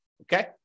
okay